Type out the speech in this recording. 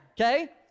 okay